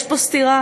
יש פה סתירה?